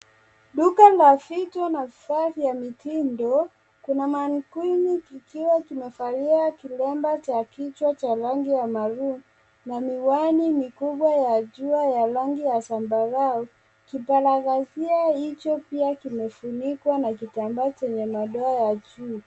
Duka la vito na bidhaa za mitindo. Kuna manequinn kikiwa kimevalia kilemba cha kichwa cha rangi ya maroon na miwani mikubwa ya jua ya rangi ya zambarau. Kiparagasia hicho pia kimefunikwa na kitambaa chenye madoa ya chui.